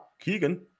Keegan